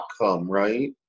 right